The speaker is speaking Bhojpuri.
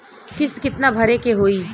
किस्त कितना भरे के होइ?